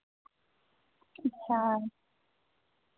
अच्छा